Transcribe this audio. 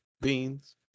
beans